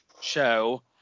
Show